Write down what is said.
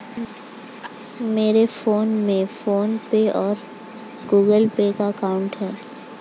मेरे फोन में फ़ोन पे और गूगल पे का अकाउंट है